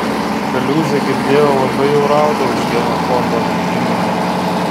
kaliūzė girdėjau labai jau rauda už genofondo naikinimą